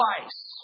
twice